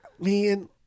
man